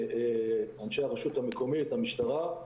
אנשי הרשות המקומית, המשטרה,